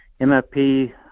MFP